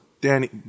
Danny